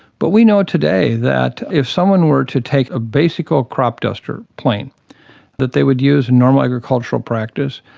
but we know today that if someone were to take a basic old crop duster plane that they would use in normal agricultural practice,